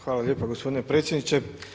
Hvala lijepa gospodine predsjedniče.